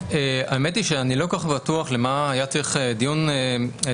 האמת היא שאני לא כל כך בטוח בשביל מה היה צריך דיון סגור,